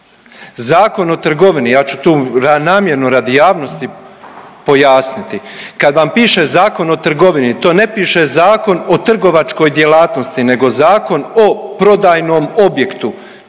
Zakon o trgovini, ja ću tu namjerno radi javnosti pojasniti. Kad vam piše Zakon o trgovini to ne piše Zakon o prodajnom objektu.